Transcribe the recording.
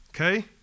Okay